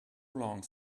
long